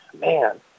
man